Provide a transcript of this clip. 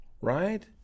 right